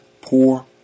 poor